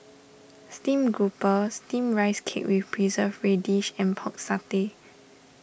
Steamed Grouper Steamed Rice Cake with Preserved Radish and Pork Satay